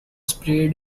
sprayed